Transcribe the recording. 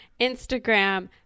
Instagram